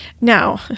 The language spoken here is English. Now